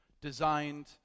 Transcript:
designed